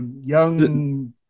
young